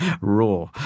raw